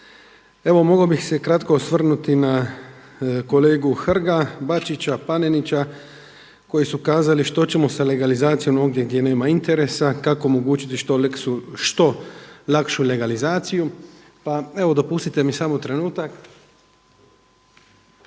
Evo mogao bih se kratko osvrnuti na kolegu Hrga, Bačića, Panenića koji su kazali što ćemo sa legalizaciju ondje gdje nema interesa, kako omogućiti što lakšu legalizaciju. Pa evo dopustite mi samo trenutak